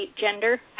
gender